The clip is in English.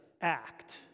act